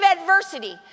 adversity